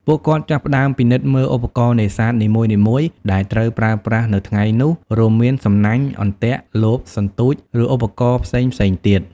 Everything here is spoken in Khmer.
ពួកគាត់ចាប់ផ្តើមពិនិត្យមើលឧបករណ៍នេសាទនីមួយៗដែលត្រូវប្រើប្រាស់នៅថ្ងៃនោះ រួមមាន សំណាញ់ អន្ទាក់ លប សន្ទូច ឬឧបករណ៍ផ្សេងៗទៀត។